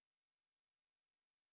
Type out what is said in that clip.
but then